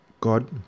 god